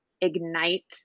ignite